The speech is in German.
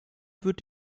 wird